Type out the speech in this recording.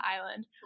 island